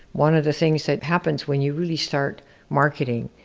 one of the things that happens when you really start marketing,